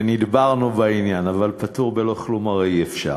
ונדברנו בעניין, אבל פטור בלא כלום הרי אי-אפשר,